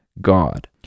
God